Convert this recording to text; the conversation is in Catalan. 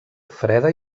freda